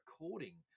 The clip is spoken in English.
recording